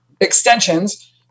extensions